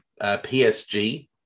PSG